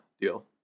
deal